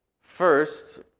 First